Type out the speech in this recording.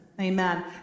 Amen